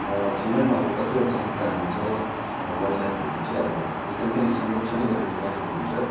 र सँगैमा अब कतिवटा संस्थाहरू छ अन्त वाइल्ड लाइफहरूले चाहिँ अब एकदम संरक्षणै गरेर राखेको हुन्छ